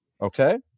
Okay